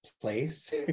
place